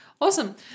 Awesome